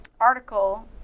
Article